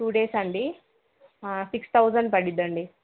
two days అండి six thousand పడుద్ది అండి